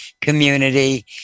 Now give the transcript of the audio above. community